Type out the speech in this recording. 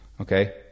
Okay